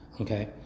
Okay